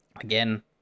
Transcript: again